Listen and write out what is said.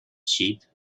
sheep